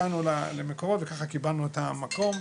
הגענו למקורות וככה קיבלנו את המקום.